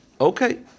Okay